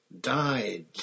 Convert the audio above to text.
died